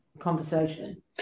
conversation